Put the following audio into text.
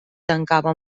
tancava